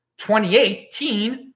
2018